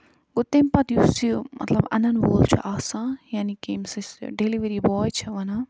گوٚو تَمہِ پَتہِ یُس یہِ مطلب اَنن وول چھُ آسان یعنے کہِ ییٚمِس أسۍ ڈیلؤری باے چھِ وَنان